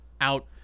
out